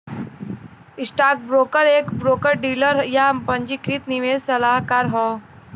stockbroker एक broker dealer, या पंजीकृत निवेश सलाहकार हौ